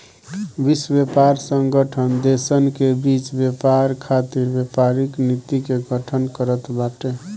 विश्व व्यापार संगठन देसन के बीच व्यापार खातिर व्यापारिक नीति के गठन करत बाटे